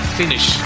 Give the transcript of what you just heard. finish